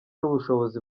n’ubushobozi